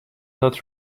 that